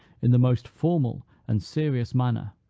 in the most formal and serious manner,